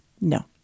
no